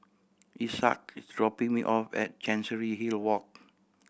Isaak is dropping me off at Chancery Hill Walk